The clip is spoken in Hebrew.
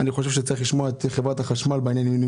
אני חושב שצריך לשמוע את חברת החשמל בעניין הזה.